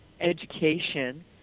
education